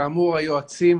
-- כאמור היועצים